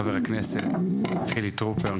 חבר הכנסת חילי טרופר,